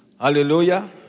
Hallelujah